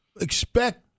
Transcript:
expect